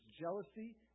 jealousy